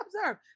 observe